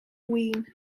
win